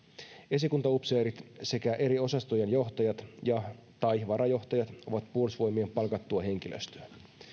esikuntaupseerit sekä eri osastojen johtajat ja tai varajohtajat ovat puolustusvoimien palkattua henkilöstöä